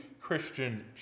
Christian